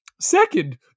Second